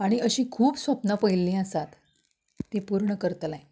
आनी अशी खूब स्वप्नां पळयलीं आसात ती पुर्ण करतलें